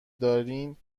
دارین